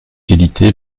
édité